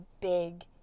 big